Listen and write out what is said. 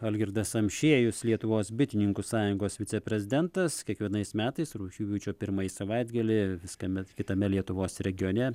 algirdas amšiejus lietuvos bitininkų sąjungos viceprezidentas kiekvienais metais rugpjūčio pirmąjį savaitgalį vis kame kitame lietuvos regione